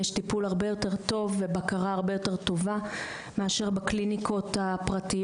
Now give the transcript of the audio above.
יש טיפול הרבה יותר טוב ובקרה הרבה יותר טובה מאשר בקליניקות הפרטיות,